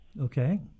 Okay